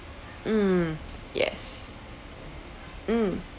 mm yes mm